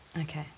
okay